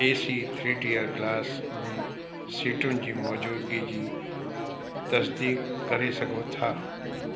S three tier class में सीटुनि जी मौजूदिगी जी तस्दीकु करे सघो था